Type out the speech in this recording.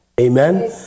Amen